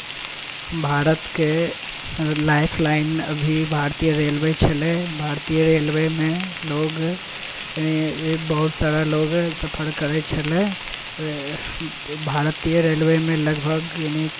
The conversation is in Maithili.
भारतके लाइफलाइन अभी भारतीय रेलवे छलै भारतीय रेलवेमे लोक बहुत सारा लोक सफर करैत छलै भारतीय रेलवेमे लगभग